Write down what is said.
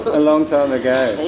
a long time ago!